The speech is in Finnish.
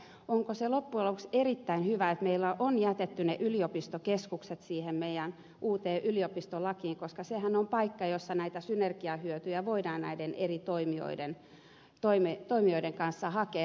pohdin tuossa onko se loppujen lopuksi erittäin hyvä että meillä on jätetty ne yliopistokeskukset uuteen yliopistolakiin koska nehän ovat paikkoja joissa näitä synergiahyötyjä voidaan eri toimijoiden kanssa hakea